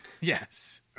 yes